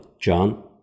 john